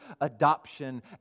adoption